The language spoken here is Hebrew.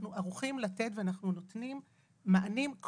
אנחנו ערוכים לתת ונותנים מענים,